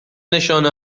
نشانه